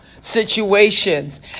situations